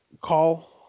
call